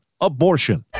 abortion